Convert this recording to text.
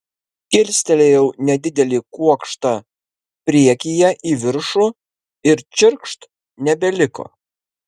kilstelėjau nedidelį kuokštą priekyje į viršų ir čirkšt nebeliko